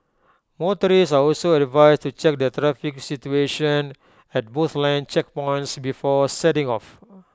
motorists are also advised to check the traffic situation at both land checkpoints before setting off